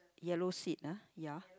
yellow seat ah ya